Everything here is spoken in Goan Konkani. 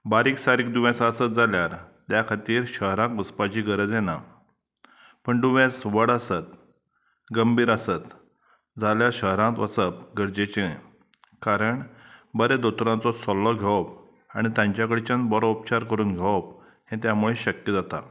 बारीक सारीक दुयेंस आसत जाल्यार त्या खातीर शहरांत वचपाची गरज येना पण दुयेंस व्हड आसत गंभीर आसत जाल्यार शहरांत वचप गरजेचें कारण बरें दोतोरचो सल्लो घेवप आनी तांच्या कडच्यान बरो उपचार करून घेवप हें त्या मुळे शक्य जाता